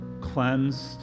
cleansed